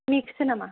mix सो नामा